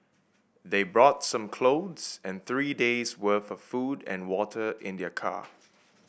they brought some clothes and three days' worth of food and water in their car